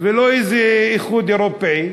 ולא איזה איחוד אירופי.